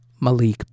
Malik